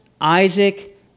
Isaac